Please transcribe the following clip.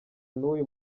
nuyu